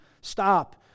stop